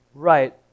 Right